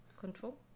Control